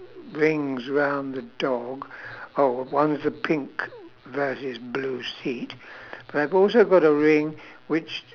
rings round the dog oh one's a pink versus blue seat but I've also got a ring which